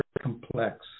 complex